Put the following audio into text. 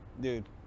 Dude